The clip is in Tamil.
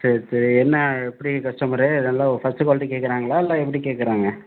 சரி சரி என்ன எப்படி கஸ்டமரு நல்ல ஃபர்ஸ்ட்டு குவாலிட்டி கேட்குறாங்களா இல்லை எப்படி கேட்குறாங்க